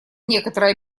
некоторые